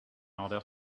order